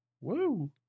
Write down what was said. Woo